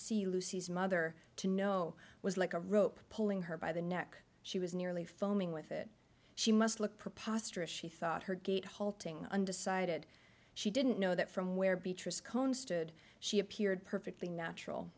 lucy's mother to know was like a rope pulling her by the neck she was nearly foaming with it she must look preposterous she thought her gait halting undecided she didn't know that from where beatrice cones to she appeared perfectly natural